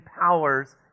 powers